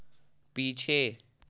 पीछे